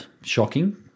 shocking